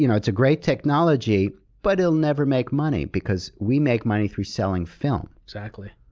you know it's a great technology, but it'll never make money because we make money through selling film. exactly.